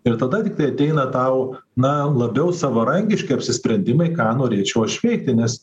ir tada tiktai ateina tau na labiau savarankiški apsisprendimai ką norėčiau aš veikti nes